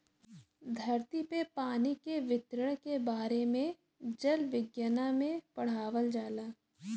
धरती पे पानी के वितरण के बारे में जल विज्ञना में पढ़ावल जाला